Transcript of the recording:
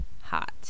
hot